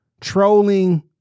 trolling